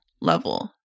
level